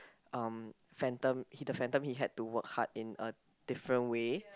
um Phantom he the Phantom he had to work hard in a different way